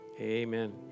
amen